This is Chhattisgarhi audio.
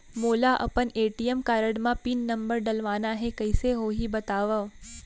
मोला अपन ए.टी.एम कारड म पिन नंबर डलवाना हे कइसे होही बतावव?